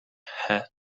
head